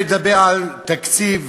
קשה לדבר על תקציב